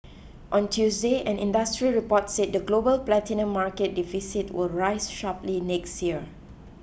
on Tuesday an industry report said the global platinum market deficit will rise sharply next year